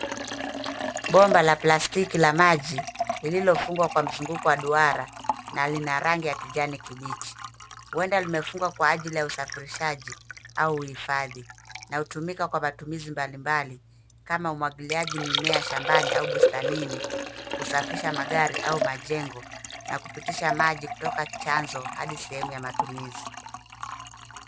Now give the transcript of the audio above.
Bomba la plastiki la maji lililomefungwa kwa mzunguko wa duara na lina rangi ya kijani kibichi. Huenda limefungwa kwa ajili ya usafirishaji au uhifadhi, na hutumika kwa matumizi mbali mbali kama; umwagiliaji mimea shambani au bustanini, kusafisha magari au majengo kupitisha maji kutoka chanzo hadi sehemu ya matumizi.